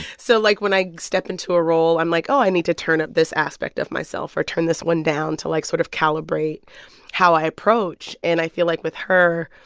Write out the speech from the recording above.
so, like, when i step into a role, i'm, like, oh, i need to turn up this aspect of myself or turn this one down to, like, sort of calibrate how i approach. and i feel like, with her,